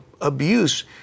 abuse